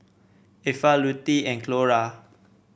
Effa Lutie and Clora